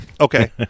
Okay